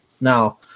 Now